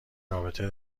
رابطه